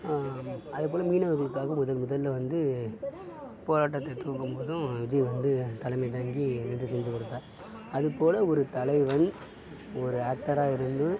அதே போல் மீனவர்கள் தாக்குதல்ல முதல்ல வந்து போராட்டத்தை துவங்கும் போதும் விஜய் வந்து தலைமை தாங்கி உதவி செஞ்சு கொடுத்தார் அது போல் ஒரு தலைவன் ஒரு ஆக்டராக இருந்தும்